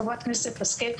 חברת הכנסת השכל,